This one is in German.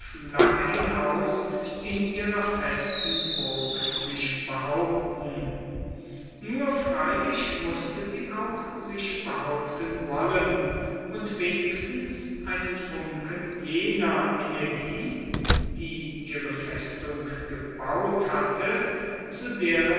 lange hinaus in ihrer festen burg sich behaupten nur freilich mußte sie auch sich behaupten wollen und wenigstens einen funken jener energie die ihre festung gebaut hatte zu deren